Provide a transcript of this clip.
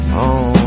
on